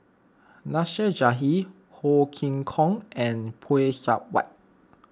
Nasir Jalil Ho Chee Kong and Phay Seng Whatt